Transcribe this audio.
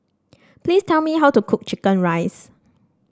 please tell me how to cook chicken rice